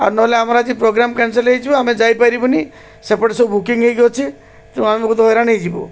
ଆଉ ନ'ହେଲେ ଆମ ଆଜି ପ୍ରୋଗ୍ରାମ୍ କ୍ୟାନସଲ୍ ହେଇଯିବ ଆମେ ଯାଇପାରିବୁନି ସେପଟେ ସବୁ ବୁକିଙ୍ଗ୍ ହେଇକି ଅଛି ତ ଆମେକୁ ତ ହଇରାଣ ନେଇଯିବୁ